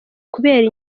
kubera